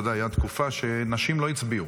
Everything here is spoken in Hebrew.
הייתה תקופה שנשים לא הצביעו.